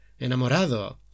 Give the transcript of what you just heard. enamorado